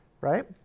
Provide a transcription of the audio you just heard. right